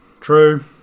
True